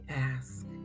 ask